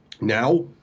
now